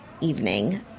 evening